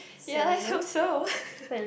ya lets hope so